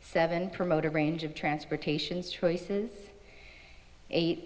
seven promote a range of transportation choices eight